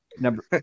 Number